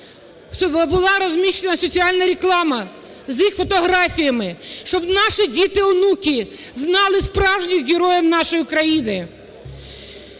була розміщена соціальна реклама з їх фотографіями, щоб наші діти, онуки знали справжніх героїв нашої України.